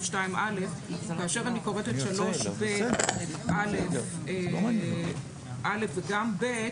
2א. כאשר אני קוראת את סעיף 3ב(א) וגם (ב),